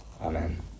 Amen